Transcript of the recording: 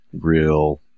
real